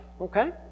Okay